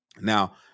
Now